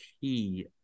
key